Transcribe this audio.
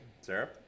Sarah